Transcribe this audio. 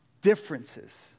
Differences